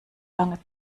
lange